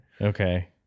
Okay